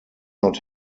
not